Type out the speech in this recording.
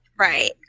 Right